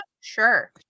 sure